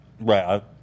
Right